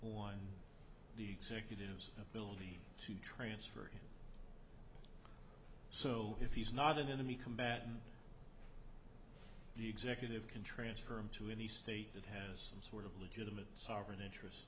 one executives ability to transfer so if he's not an enemy combatant the executive can transfer him to any state that has some sort of legitimate sovereign interest